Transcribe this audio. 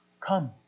come